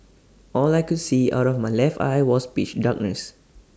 all I could see out of my left eye was pitch darkness